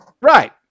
Right